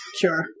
sure